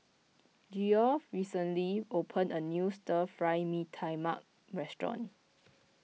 Geoff recently opened a new Stir Fry Mee Tai Mak restaurant